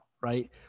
right